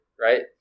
Right